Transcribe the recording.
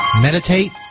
Meditate